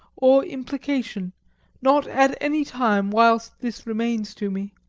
or implication not at any time whilst this remains to me!